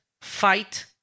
fight